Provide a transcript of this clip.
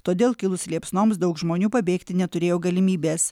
todėl kilus liepsnoms daug žmonių pabėgti neturėjo galimybės